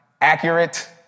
accurate